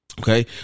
Okay